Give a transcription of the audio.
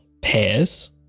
pairs